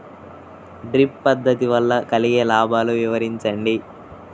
Drip పద్దతి వల్ల కలిగే లాభాలు వివరించండి?